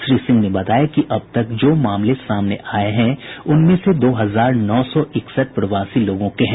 श्री सिंह ने बताया कि अब तक जो मामले सामने आये हैं उनमें से दो हजार नौ सौ इकसठ प्रवासी लोगों के हैं